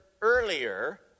earlier